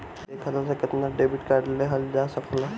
एक खाता से केतना डेबिट कार्ड लेहल जा सकेला?